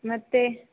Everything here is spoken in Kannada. ಮತ್ತು